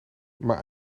maar